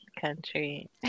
country